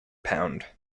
pound